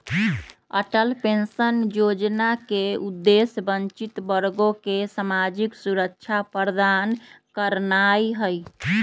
Atal pension जोजना के उद्देश्य वंचित वर्गों के सामाजिक सुरक्षा प्रदान करनाइ हइ